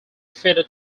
fitted